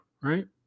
right